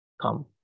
come